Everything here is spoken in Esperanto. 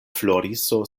floriso